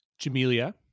Jamelia